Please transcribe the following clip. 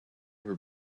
her